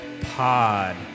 pod